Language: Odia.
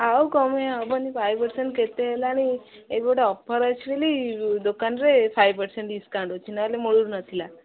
ଆଉ କମେଇ ହେବନି ଫାଇଭ୍ ପର୍ସେଣ୍ଟ୍ କେତେ ହେଲାଣି ଏବେ ଗୋଟେ ଅଫର୍ ଅଛି ବୋଲି ଦୋକାନରେ ଫାଇଭ୍ ପର୍ସେଣ୍ଟ୍ ଡିସ୍କାଉଣ୍ଟ୍ ଅଛି ନହେଲେ ମୁଳୁର ନଥିଲା